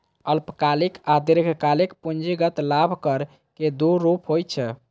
अल्पकालिक आ दीर्घकालिक पूंजीगत लाभ कर के दू रूप होइ छै